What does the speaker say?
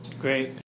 Great